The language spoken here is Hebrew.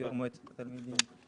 יו"ר מועצת התלמידים,